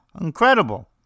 Incredible